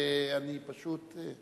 ואני פשוט,